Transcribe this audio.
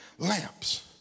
Lamps